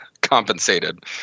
compensated